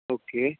okay